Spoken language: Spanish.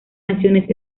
naciones